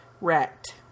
wrecked